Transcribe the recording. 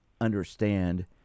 understand